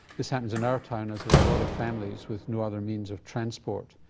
this happens in our town, as there are a lot of families with no other means of transport